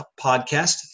podcast